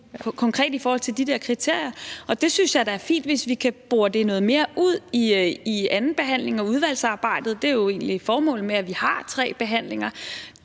konkret i forhold til de der kriterier, og jeg synes da, det er fint, hvis vi kan bore det noget mere ud i forbindelse med andenbehandlingen og udvalgsarbejdet. Det er jo egentlig formålet med, at vi har tre behandlinger.